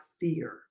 fear